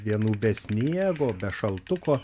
dienų be sniego šaltuko